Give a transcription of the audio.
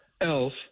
else